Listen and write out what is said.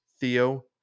Theo